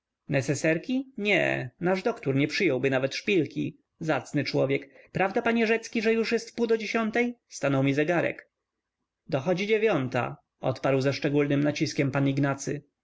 neseserki nie nasz doktór nie przyjąłby nawet szpilki zacny człowiek prawda panie rzecki że już jest wpół do dziesiątej stanął mi zegarek dochodzi dzie wią-ta odparł ze szczególnym naciskiem pan ignacy